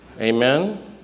amen